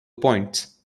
points